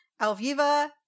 Alviva